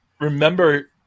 remember